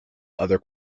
other